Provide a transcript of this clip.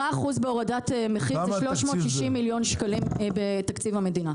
10% בהורדת מחיר המטרה זה 360 מיליון שקלים בתקציב המדינה.